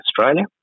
Australia